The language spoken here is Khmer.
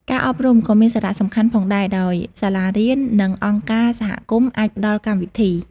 ការអប់រំក៏មានសារៈសំខាន់ផងដែរ ដោយសាលារៀន និងអង្គការសហគមន៍អាចផ្ដល់កម្មវិធី។